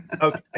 Okay